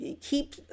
keep